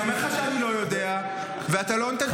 אני אומר לך שאני לא יודע, ואתה לא נותן תשובה.